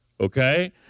okay